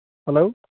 hello